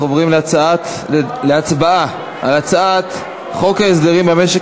אנחנו עוברים להצבעה על הצעת חוק הסדרים במשק